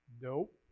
Nope